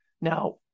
Now